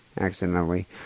accidentally